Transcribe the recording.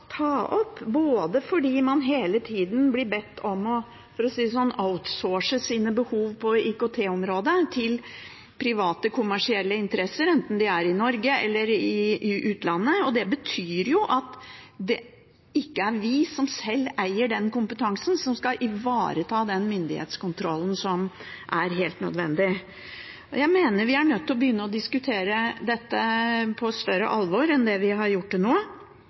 ta opp, fordi man hele tida blir bedt om – for å si det sånn – å «outsource» sine behov på IKT-området til private kommersielle interesser, enten de er i Norge eller i utlandet. Det betyr at det ikke er vi sjøl som eier den kompetansen som skal ivareta den myndighetskontrollen som er helt nødvendig. Jeg mener vi er nødt til å begynne å diskutere dette på større alvor enn det vi har gjort til nå.